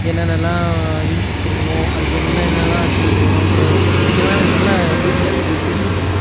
என்னென்னலாம் இன்புட் கொடுக்கணும் அதுக்கு என்னென்னலாம் ரிசல்ட்டு வரும்ன்ற விஷயங்கள்லாம் எனக்கு நல்லா டீட்டெயிலாகவே இப்போ எனக்கு தெரிஞ்சிடுச்சி